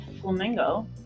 flamingo